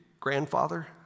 grandfather